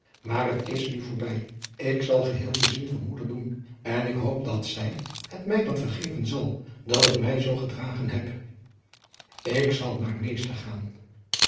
maar t is nu voorbij ik zal geheel den zin van moeder doen en ik hoop dat zij het mij dan vergeven zal dat ik mij zoo gedragen heb ik zal naar meester gaan